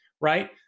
right